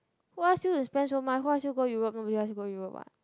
who ask you to spend so much who you ask go Europe nobody ask you go what